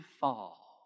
fall